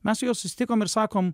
mes jau susitikom ir sakom